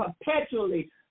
perpetually